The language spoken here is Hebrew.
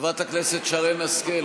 חברת הכנסת שרן השכל,